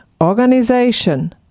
organization